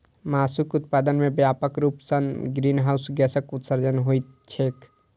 मासुक उत्पादन मे व्यापक रूप सं ग्रीनहाउस गैसक उत्सर्जन होइत छैक